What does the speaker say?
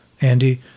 Andy